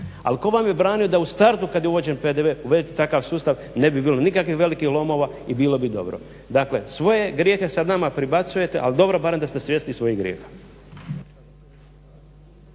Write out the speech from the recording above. Ali tko vam je branio da u startu kada je uvođen PDV uvedete takav sustav, ne bi bilo nikakvih velikih lomova i bilo bi dobro. Dakle svoje grijehe sada nama predbacujete ali dobro da ste barem svjesni svojih grijeha.